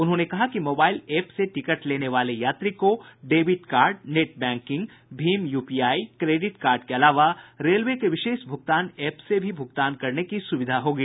उन्होंने कहा कि मोबाइल ऐप से टिकट लेने वाले यात्री को डेबिट कार्ड नेट बैंकिंग भीम यूपीआई क्रेडिट कार्ड के अलावा रेलवे के विशेष भुगतान ऐप से भी भूगतान की सुविधा होगी